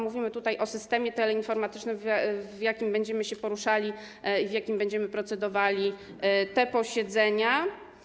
Mówimy tutaj o systemie teleinformatycznym, w jakim będziemy się poruszali i w jakim będziemy procedowali na tych posiedzeniach.